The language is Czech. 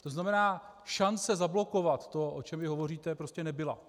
To znamená, šance zablokovat to, o čem vy hovoříte, prostě nebyla.